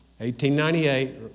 1898